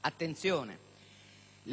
Attenzione! Le banche italiane non sono